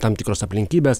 tam tikros aplinkybės